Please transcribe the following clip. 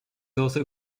also